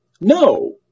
No